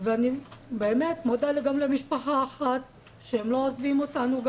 ואני באמת מודה גם למשפחה אחת שהם לא עוזבים אותנו,